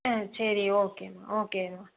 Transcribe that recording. ஆ சரி ஓகேம்மா ஓகேம்மா